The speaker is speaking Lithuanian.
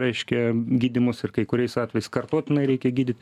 reiškia gydymus ir kai kuriais atvejais kartotinai reikia gydyt